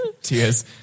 Tears